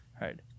right